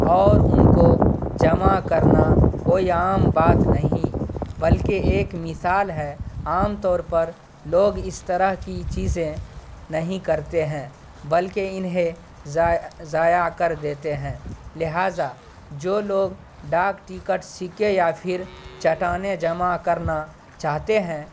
اور ان کو جمع کرنا کوئی عام بات نہیں بلکہ ایک مثال ہے عام طور پر لوگ اس طرح کی چیزیں نہیں کرتے ہیں بلکہ انہیں ضائع کر دیتے ہیں لہٰذا جو لوگ ڈاک ٹکٹ سکے یا پھر چٹانیں جمع کرنا چاہتے ہیں